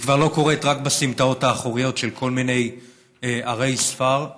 היא כבר לא קורית רק בסמטאות האחוריות של כל מיני ערי ספר,